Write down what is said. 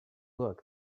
look